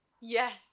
Yes